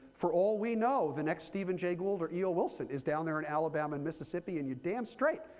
for all we know, the next stephen jay gould or eo wilson is down there in alabama and mississippi. and your damn straight,